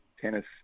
tennis